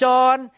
John